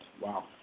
Wow